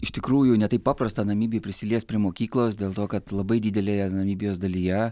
iš tikrųjų ne taip paprasta namibijoj prisiliest prie mokyklos dėl to kad labai didelėje namibijos dalyje